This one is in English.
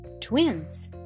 twins